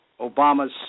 Obama's